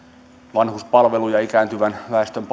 vanhuspalveluja ja ikääntyvän väestön